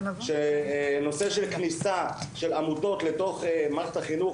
נושא של כניסה של עמותות לתוך מערכת החינוך